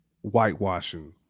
whitewashing